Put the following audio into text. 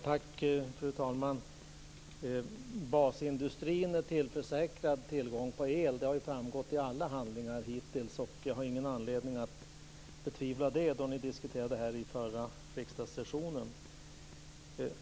Fru talman! Basindustrin är tillförsäkrad tillgång på el. Det har framgått av alla handlingar hittills, och jag har ingen anledning att betvivla det som sades när ni diskuterade detta under den förra riksdagssessionen.